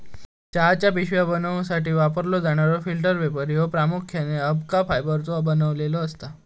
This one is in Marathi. चहाच्या पिशव्या बनवूसाठी वापरलो जाणारो फिल्टर पेपर ह्यो प्रामुख्याने अबका फायबरचो बनलेलो असता